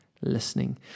listening